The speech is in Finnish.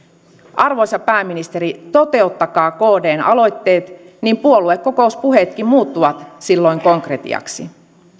arvoisa pääministeri toteuttakaa kdn aloitteet niin puoluekokouspuheetkin muuttuvat silloin konkretiaksi